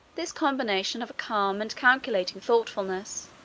this combination of a calm and calculating thoughtfulness,